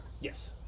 Yes